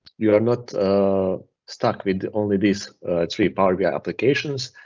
you are not stuck with only these three power bi applications,